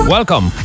Welcome